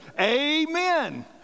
amen